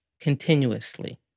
continuously